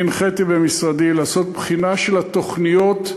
אני הנחיתי במשרדי לעשות בחינה של התוכניות,